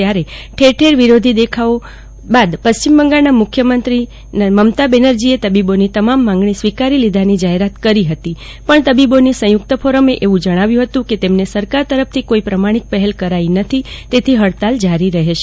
ત્યારે ઠેર ઠેર વિરોધી દેખાવો બાદ પશ્ચિમ બંગાળાના મુખ્યમંત્રી મમતા બેનર્જીએ તબીબોની તમામ માંગણી સ્વીકારી લીધાની જાહેરાત કરી હતી પણ તબીબોની સંયુક્ત ફોરમે એવુ જણાવ્યુ ફતુ કે તેમને સરકાર તરફથી કોઈ પ્રમાણિક પફેલ કરાઈ નથી તેથી ફડતાળ જારી રહેશે